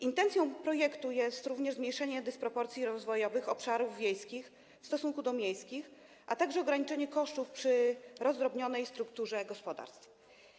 Intencją projektu jest również zmniejszenie dysproporcji rozwojowych obszarów wiejskich w stosunku do miejskich, a także ograniczanie kosztów przy rozdrobnionej strukturze gospodarstw.